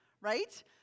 right